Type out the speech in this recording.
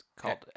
called